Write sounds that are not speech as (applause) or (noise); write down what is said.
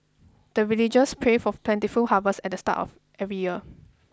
the villagers pray for (unintelligible) plentiful harvest at the start of every year